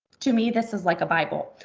to me, this is like a bible.